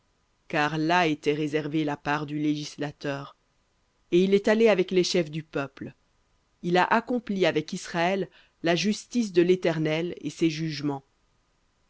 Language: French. car là était réservée la part du législateur et il est allé les chefs du peuple il a accompli avec israël la justice de l'éternel et ses jugements